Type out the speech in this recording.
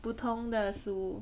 不同的食物